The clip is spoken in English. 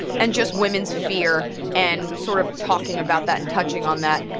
and just women's fear and sort of talking about that and touching on that.